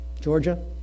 Georgia